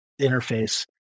interface